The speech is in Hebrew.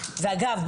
ואגב,